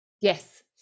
yes